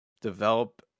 develop